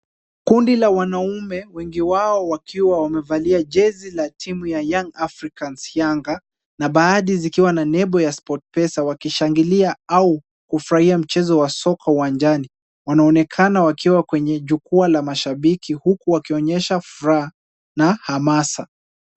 Kundi la wanaumee wengi wao wakiwa wamevalia jezi la timu ya Young Africans Yanga na baadhi zikiwa na nembo ya SportPesa wakishangilia au kufurahia mchezo wa soka uwanjani. Wanaonekana wakiwa kwenye jukwaa la mashabiki, huku wakionyesha furaha na hamasa.